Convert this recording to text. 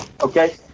okay